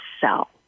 sell